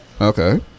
Okay